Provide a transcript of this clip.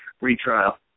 retrial